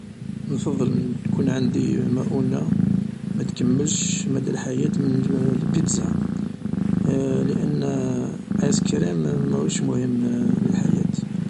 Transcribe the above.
نفضل يكون عندي مؤونة متكملش مدى الحياة من لبيتزا لأن ايسكريم ماهوش مهم للحياة